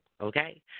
okay